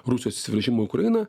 rusijos įsiveržimo į ukrainą